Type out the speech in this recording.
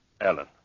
Alan